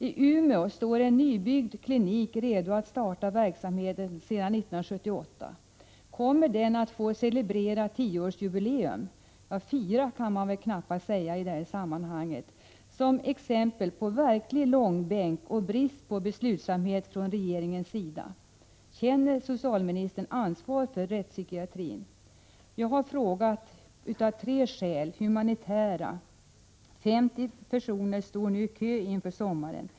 I Umeå står sedan 1978 en nybyggd klinik redo att starta verksamhet. Kommer den att få celebrera tioårsjubileum — fira kan man väl knappast säga i detta sammanhang? Detta är exempel på en verklig långbänk och bristande beslutsamhet från regeringens sida. Känner socialministern ansvar för rättspsykiatrin? Jag har frågat detta av tre skäl — humanitära skäl, rättssäkerhetsskäl och ekonomiska skäl. 50 personer står nu i kö inför sommaren.